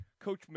Coach